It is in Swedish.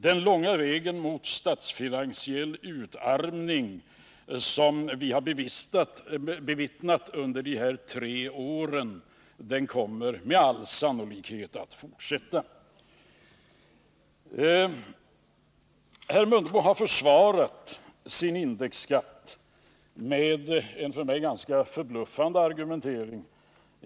Den långa vägen mot statsfinansiell utarmning som vi har bevittnat under de här tre åren kommer med all sannolikhet att fortsätta. Herr Mundebo har försvarat sin indexskatt med en för mig ganska förbluffande argumentering.